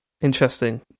interesting